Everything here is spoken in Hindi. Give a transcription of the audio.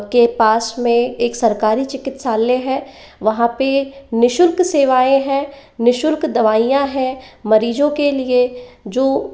के पास में एक सरकारी चिकित्सालय है वहाँ पे निशुल्क सेवाएं हैं निशुल्क दवाइयाँ हैं मरीजों के लिए जो